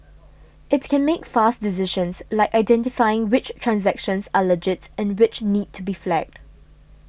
it can make fast decisions like identifying which transactions are legit and which need to be flagged